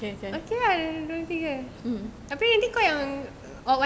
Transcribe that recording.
okay ah ada dua tiga abeh nanti kau yang odd one out